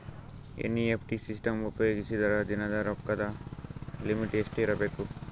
NEFT system ಉಪಯೋಗಿಸಿದರ ದಿನದ ರೊಕ್ಕದ ಲಿಮಿಟ್ ಎಷ್ಟ ಇರಬೇಕು?